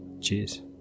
Cheers